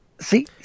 See